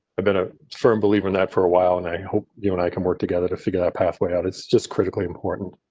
i've been a firm believer in that for a while, and i hope you and i can work together to figure that pathway out. it's just critically important.